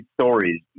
stories